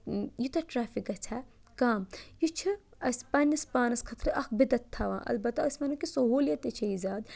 یوٗتاہ ٹرٛٮ۪فِک گژھِ ہا کَم یہِ چھُ أسۍ پنٛنِس پانَس خٲطرٕ اَکھ بِدَتھ تھاوان اَلبَتہ أسۍ وَنو کہِ سہوٗلیَت تہِ چھےٚ یہِ زیادٕ